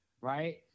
right